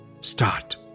Start